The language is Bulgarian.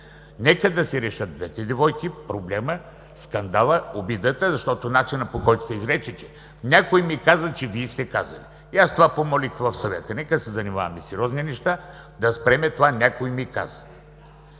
Нека да си решат двете девойки проблема, скандала, обидата, защото начинът, по който се изрече: някой ми каза, че Вие сте казали. И аз това помолих в Съвета – нека да се занимаваме със сериозни неща, да спрем това „някой ми каза”!